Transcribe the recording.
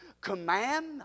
command